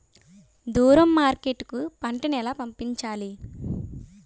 దూరం మార్కెట్ కు పంట ను ఎలా పంపించాలి?